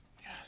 Yes